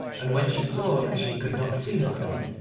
and when she saw that she could not free herself,